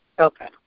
Okay